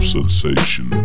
Sensation